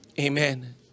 Amen